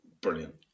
Brilliant